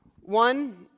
one